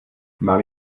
mám